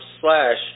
slash